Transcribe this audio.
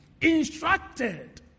instructed